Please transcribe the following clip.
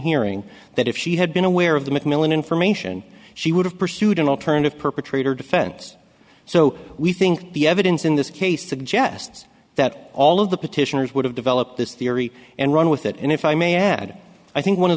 hearing that if she had been aware of the mcmillan information she would have pursued an alternative perpetrator defense so we think the evidence in this case suggests that all of the petitioners would have developed this theory and run with it and if i may add i think one of